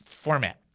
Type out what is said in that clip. format